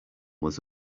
was